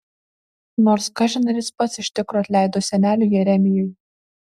nors kažin ar jis pats iš tikro atleido seneliui jeremijui